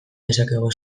dezakegu